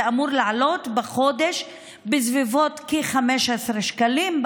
אמור לעלות בחודש בסביבות כ-15 שקלים,